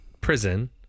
prison